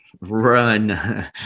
run